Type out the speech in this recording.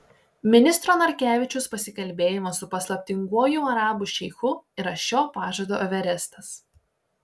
ministro narkevičiaus pasikalbėjimas su paslaptinguoju arabų šeichu yra šio pažado everestas